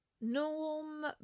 Norm